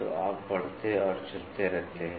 तो आप बढ़ते और चलते रहते हैं